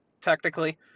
technically